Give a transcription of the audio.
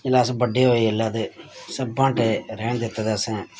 जेल्लै अस बड्डे होए जेल्लै ते सब बांह्टे रैह्न दित्ते ते असें